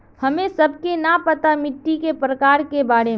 हमें सबके न पता मिट्टी के प्रकार के बारे में?